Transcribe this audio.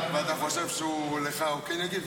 אתה חושב שלך הוא כן יגיב?